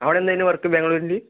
അവിടെ എന്തായിരുന്നു വർക്ക് ബാംഗ്ളൂരില്